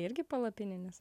irgi palapininis